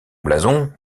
blason